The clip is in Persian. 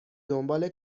دنبال